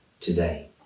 today